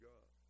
God